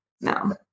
No